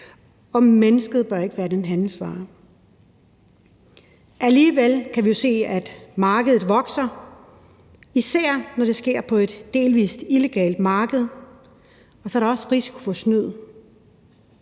og mennesker bør ikke være en handelsvare. Alligevel kan vi jo se, at markedet vokser, især hvor det sker på et delvis illegalt marked, og så er der også risiko for snyd.